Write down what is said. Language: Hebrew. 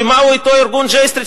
כי מהו אותו ארגון J Street,